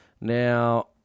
Now